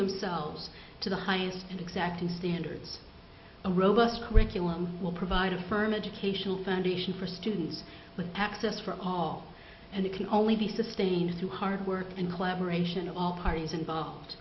themselves to the highest exacting standards a robust curriculum will provide a firm educational foundation for students with access for all and it can only be sustained through hard work and collaboration all parties involved